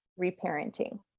reparenting